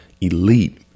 elite